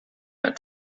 out